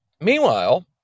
Meanwhile